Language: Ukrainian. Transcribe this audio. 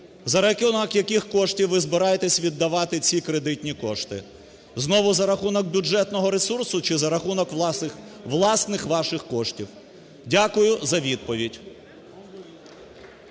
За рахунок яких коштів ви збираєтесь віддавати ці кредитні кошти? Знову за рахунок бюджетного ресурсу? Чи за рахунок власних ваших коштів? Дякую за відповідь.